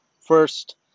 first